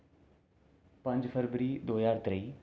पंज फरबरी दो ज्हार त्रेई